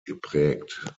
geprägt